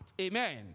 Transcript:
Amen